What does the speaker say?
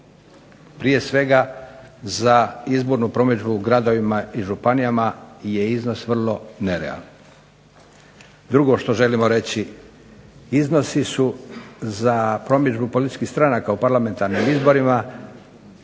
Prije svega za izbornu promidžbu u gradovima i županijama je iznos vrlo nerealan. Drugo što želimo reći, iznosi su za promidžbu političkih stranaka u parlamentarnim izborima